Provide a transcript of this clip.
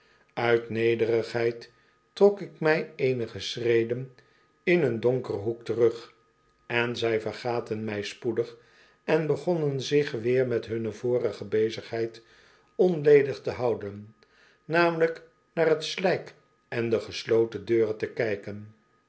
uit nederigheid trok ik mij eenige schreden in een donkeren hoek terug en zij vergaten mij spoedig en begonnen zich weer met hunne vorige bezigheid onledig te houden namelijk naar t slyk en de gesloten deuren te kijken